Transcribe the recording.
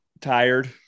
tired